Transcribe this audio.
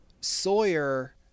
Sawyer